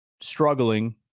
struggling